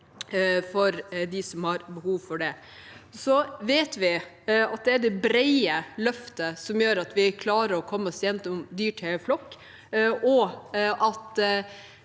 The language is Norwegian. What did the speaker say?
for dem som har behov for det. Vi vet at det er det brede løftet som gjør at vi klarer å komme oss gjennom dyrtiden i flokk, og at